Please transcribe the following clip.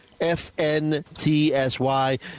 FNTSY